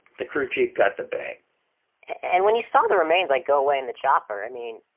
the crew chief got the bag and when you saw the remains like go away in the chopper, i mean,